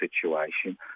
situation